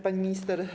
Pani Minister!